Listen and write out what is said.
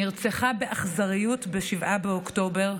שנרצחה באכזריות ב-7 באוקטובר,